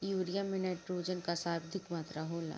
urea में nitrogen कअ सर्वाधिक मात्रा होला